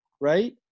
right